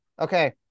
Okay